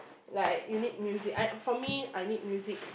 like you need music I for me I need music